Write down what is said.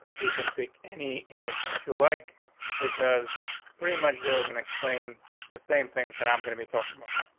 you can pick any image that you like because pretty much they were gonna explain the same things that i'm gonna be talking about.